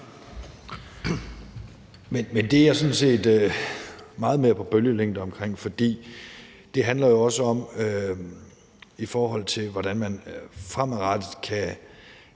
Der er jeg sådan set meget mere på bølgelængde, for det handler jo også om, hvordan man fremadrettet kan